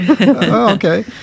Okay